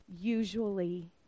usually